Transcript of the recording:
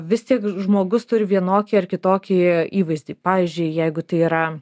vis tiek žmogus turi vienokį ar kitokį įvaizdį pavyzdžiui jeigu tai yra